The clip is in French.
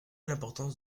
l’importance